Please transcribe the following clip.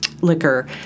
liquor